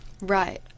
Right